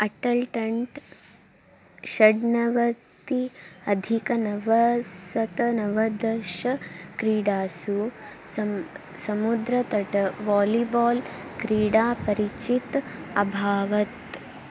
अट्टल् टण्ट् षण्णवतिः अधिकनवशतनवदशक्रीडासु सः समुद्रतटे वालिबाल् क्रीडापरिचितः अभवत्